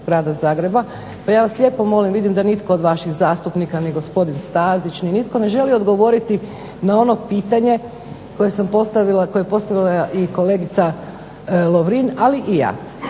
pa ja vas lijepo molim, vidim da nitko od vaših zastupnika ni gospodin Stazić, ni nitko ne želi odgovoriti na ono pitanje koje sam postavila, koje je postavila i kolegica Lovrin, ali i ja.